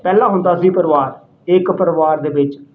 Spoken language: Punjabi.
ਪਹਿਲਾਂ ਹੁੰਦਾ ਸੀ ਪਰਿਵਾਰ ਇੱਕ ਪਰਿਵਾਰ ਦੇ ਵਿੱਚ